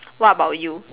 what about you